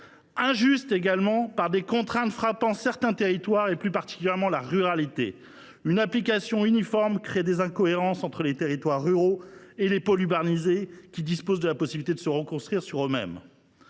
Très bien ! Des contraintes frappent certains territoires, en particulier en ruralité. Une application uniforme crée des incohérences entre les territoires ruraux et les pôles urbanisés, qui ont la possibilité de reconstruire sur des